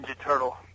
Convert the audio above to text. turtle